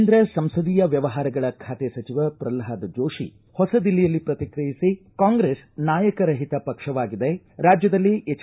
ಕೇಂದ್ರ ಸಂಸದೀಯ ವ್ಣವಹಾರಗಳ ಖಾತೆ ಸಚಿವ ಪ್ರಲ್ನಾದ ಜೋಶಿ ಹೊಸ ದಿಲ್ಲಿಯಲ್ಲಿ ಪ್ರತಿಕ್ರಿಯಿಸಿ ಕಾಂಗ್ರೆಸ್ ನಾಯಕ ರಹಿತ ಪಕ್ಷವಾಗಿದೆ ರಾಜ್ಯದಲ್ಲಿ ಎಜ್